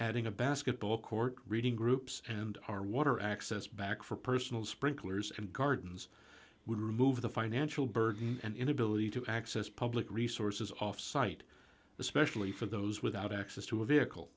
adding a basketball court reading groups and our water access back for personal sprinklers and gardens would remove the financial burden and inability to access public resources offsite especially for those without access to a vehicle